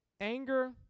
anger